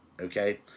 Okay